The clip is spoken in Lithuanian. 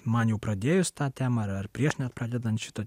man jau pradėjus tą temą ar ar prieš pradedant šito